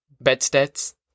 bedsteads